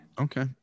okay